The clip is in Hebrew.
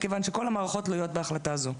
משום שכל המערכות תלויות בהחלטה זו.